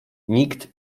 nikt